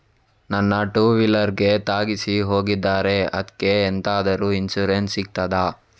ನನ್ನ ಟೂವೀಲರ್ ಗೆ ತಾಗಿಸಿ ಹೋಗಿದ್ದಾರೆ ಅದ್ಕೆ ಎಂತಾದ್ರು ಇನ್ಸೂರೆನ್ಸ್ ಸಿಗ್ತದ?